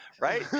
right